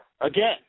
again